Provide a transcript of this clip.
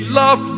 love